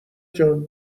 جان